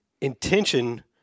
intention